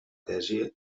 tesi